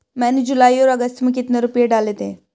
मैंने जुलाई और अगस्त में कितने रुपये डाले थे?